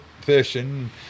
fishing